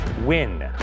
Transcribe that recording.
win